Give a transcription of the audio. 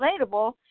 relatable